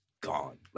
Gone